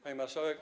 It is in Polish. Pani Marszałek!